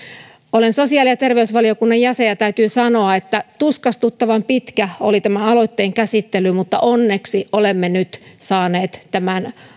olen sosiaali ja terveysvaliokunnan jäsen ja täytyy sanoa että tuskastuttavan pitkä oli tämän aloitteen käsittely mutta onneksi olemme nyt saaneet tämän mietinnön